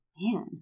man